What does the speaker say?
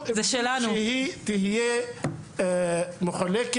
מבלי שהיא תהיה מחולקת.